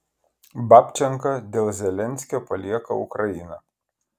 babčenka dėl zelenskio palieka ukrainą